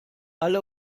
alle